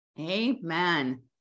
Amen